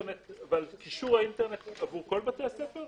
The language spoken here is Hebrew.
קישור האינטרנט עבור כל בתי הספר,